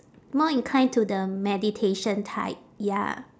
more inclined to the meditation type ya